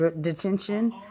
detention